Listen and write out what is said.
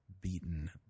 beaten